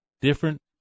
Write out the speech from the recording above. different